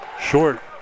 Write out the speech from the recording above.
Short